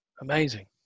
Amazing